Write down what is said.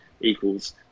equals